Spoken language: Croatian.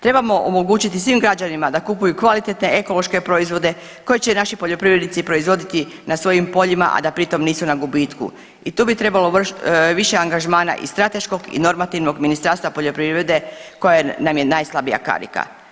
Trebamo omogućiti svim građanima da kupuju kvalitetne ekološke proizvode koje će naši poljoprivrednici proizvoditi na svojim poljima a da pritom nisu na gubitku i tu bi trebalo više angažmana i strateškog i normativnog Ministarstva poljoprivrede koja nam je najslabija karika.